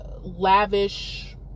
lavish